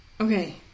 Okay